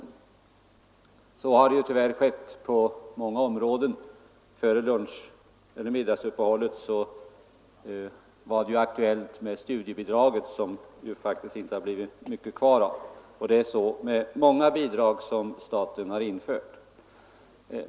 En sådan urholkning har tyvärr ägt rum på många områden. Före middagsuppehållet var det aktuellt med studiebidraget, som det faktiskt inte är mycket kvar av. Det är så med många bidrag som staten infört.